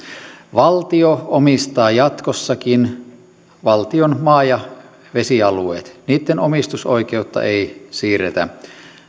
valtio omistaa jatkossakin valtion maa ja vesialueet niitten omistusoikeutta ei siirretä